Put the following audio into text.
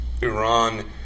Iran